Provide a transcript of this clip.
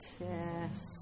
Yes